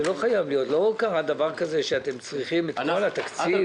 לא קרה דבר כזה שאתם צריכים את כל התקציב.